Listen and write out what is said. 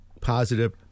positive